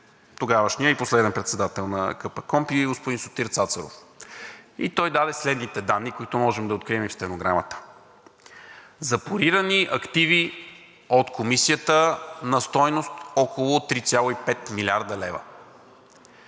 тогавашният и последен председател на КПКОНПИ господин Сотир Цацаров и той даде следните данни, които можем да открием и в стенограмата: – запорирани активи от Комисията – на стойност около 3,5 млрд. лв.;